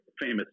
famous